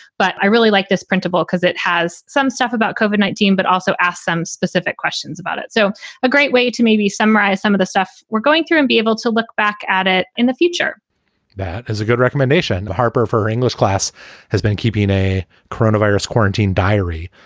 but i really like this principle because it has some stuff about covenant team, but also ask some specific questions about it. so a great way to maybe summarize some of the stuff we're going through and be able to look back at it in the future that is a good recommendation. harper for english class has been keeping a corona virus quarantine diary,